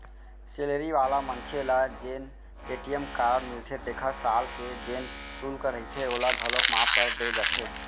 salary वाला मनखे ल जेन ए.टी.एम कारड मिलथे तेखर साल के जेन सुल्क रहिथे ओला घलौक माफ कर दे जाथे